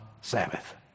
Sabbath